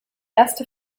erste